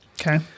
Okay